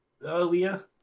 earlier